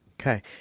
Okay